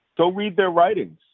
go read their writings.